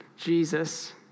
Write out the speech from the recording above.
Jesus